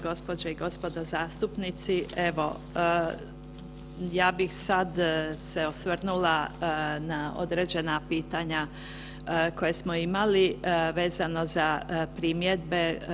Gospođe i gospodo zastupnici, evo ja bih sad se osvrnula na određena pitanja koja smo imali vezano za primjedbe.